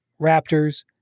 Raptors